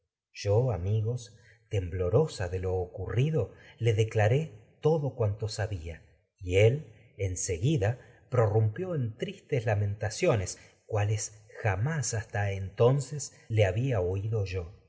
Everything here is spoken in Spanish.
yo ami temblorosa de lo ocurrido le en declaré todo cuanto sabía y él seguida px orrumpió en tx istes lamenta ciones pues cuales jamás hasta entonces le había oído yo